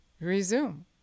resume